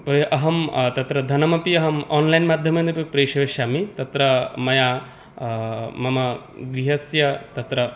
वयम् अहं तत्र धनमपि अहम् आन्लैन् माध्यमेन अपि प्रेषयिष्यामि तत्र मया मम गृहस्य तत्र